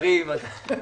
שיחתום.